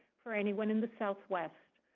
for anyone in the southwest.